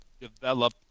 develop